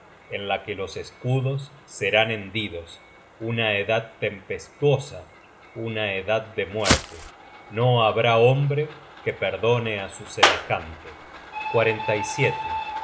en la que los escudos serán hendidos una edad tempestuosa una edad de muerte no habrá hombre que perdone á su semejante los